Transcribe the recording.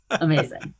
Amazing